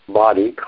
body